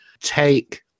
take